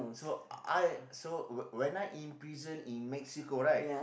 so I so when when I in prison in Mexico right